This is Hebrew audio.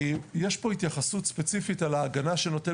יש פה התייחסות ספציפית על ההגנה שנותן